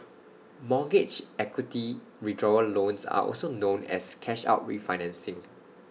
mortgage equity withdrawal loans are also known as cash out refinancing